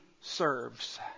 serves